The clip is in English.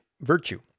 virtue